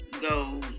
go